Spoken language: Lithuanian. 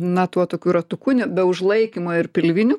na tuo tokiu ratuku be užlaikymo ir pilviniu